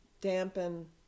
dampen